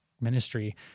ministry